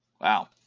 Wow